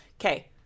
Okay